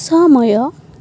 ସମୟ